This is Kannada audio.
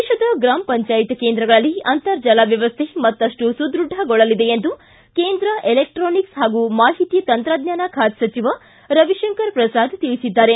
ದೇಶದ ಗ್ರಾಮ ಪಂಚಾಯತ್ ಕೇಂದ್ರಗಳಲ್ಲಿ ಅಂತರ್ಜಾಲ ವ್ಯವಸ್ಥೆ ಮತ್ತಪ್ಟು ಸದ್ಯಥಗೊಳ್ಳಲಿದೆ ಎಂದು ಕೇಂದ್ರ ಎಲೆಕ್ಸಾನಿಕ್ಸ್ ಹಾಗೂ ಮಾಹಿತಿ ತಂತ್ರಜ್ಞಾನ ಖಾತೆ ಸಚಿವ ರವಿಶಂಕರ್ ಪ್ರಸಾದ್ ತಿಳಿಸಿದ್ದಾರೆ